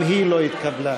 לא נתקבלה.